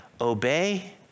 obey